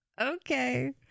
Okay